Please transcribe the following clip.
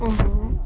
mmhmm